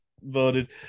voted